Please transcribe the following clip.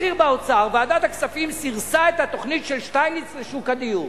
בכיר באוצר: ועדת הכספים סירסה את התוכנית של שטייניץ לשוק הדיור.